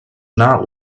not